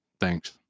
Thanks